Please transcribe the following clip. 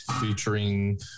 featuring